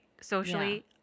socially